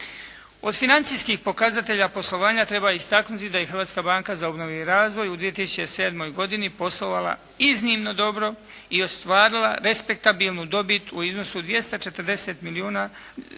Od financijskih pokazatelja poslovanja treba istaknuti da je i Hrvatska banka za obnovu i razvoj u 2007. godini poslovala iznimno dobro i ostvarila respektabilnu dobit u iznosu od 240 milijuna 915